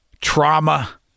trauma